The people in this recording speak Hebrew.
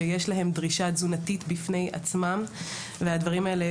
שיש להם דרישה תזונתית בפני עצמם והדברים האלה,